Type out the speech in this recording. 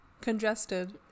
congested